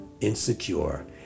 insecure